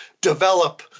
develop